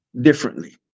differently